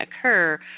occur